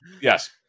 Yes